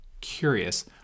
curious